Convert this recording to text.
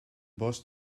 boss